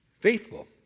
faithful